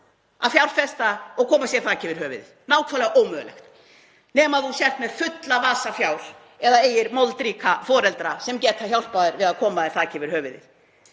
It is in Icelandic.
að fjárfesta og koma sér þaki yfir höfuðið, nákvæmlega ómögulegt nema þú sért með fulla vasa fjár eða eigir moldríka foreldra sem geta hjálpað þér við að koma þaki yfir höfuðið.